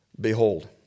Behold